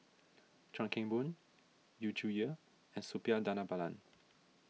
Chuan Keng Boon Yu Zhuye and Suppiah Dhanabalan